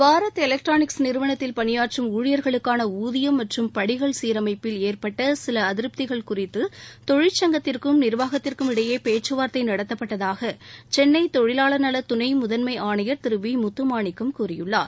Bharat electronics நிறுவனத்தில் பணியாற்றும் ஊழியர்களுக்கான ஊதியம் மற்றும் படிகள் சீரமைப்பில் ஏற்பட்ட சில அதிருப்திகள் குறித்து தொழிற்சங்கத்திற்கும் நிர்வாகத்திற்கும் இடையே பேச்சுவார்த்தை நடத்தப்பட்டதாக சென்னை தொழிலாளர் நல துணை முதன்மை ஆணையர் திரு வி முத்துமாணிக்கம் கூறியுள்ளார்